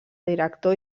director